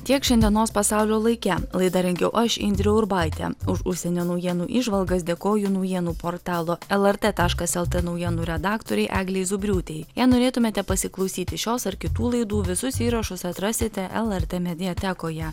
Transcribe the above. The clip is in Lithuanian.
tiek šiandienos pasaulio laike laidą rengiau aš indrė urbaitė už užsienio naujienų įžvalgas dėkoju naujienų portalo lrt taškas lt naujienų redaktorei eglei zubriūtei jei norėtumėte pasiklausyti šios ar kitų laidų visus įrašus atrasite lrt mediatekoje